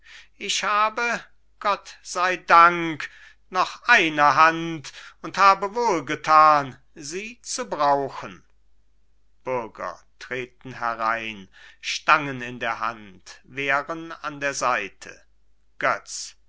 ich habe gott sei dank noch eine hand und habe wohl getan sie zu brauchen bürger treten herein stangen in der hand wehren an der seite götz